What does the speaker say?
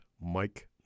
Mike